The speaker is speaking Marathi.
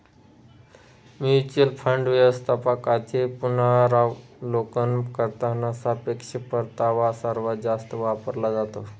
म्युच्युअल फंड व्यवस्थापकांचे पुनरावलोकन करताना सापेक्ष परतावा सर्वात जास्त वापरला जातो